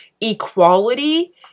equality